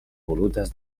volutes